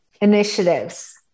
initiatives